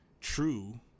true